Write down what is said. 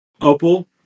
Opal